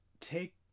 take